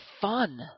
fun